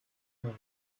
know